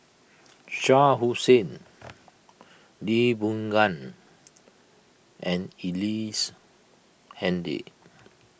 Shah Hussain Lee Boon Ngan and Ellice Handy